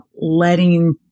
letting